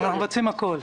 אנחנו מבצעים הכול.